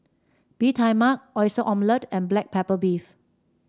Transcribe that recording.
Bee Tai Mak Oyster Omelette and Black Pepper Beef